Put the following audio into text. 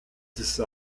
these